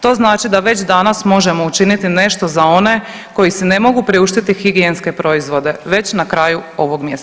To znači da već danas možemo učiniti nešto za one koji si ne mogu priuštiti higijenske proizvode, već na kraju ovog mjeseca.